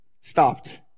stopped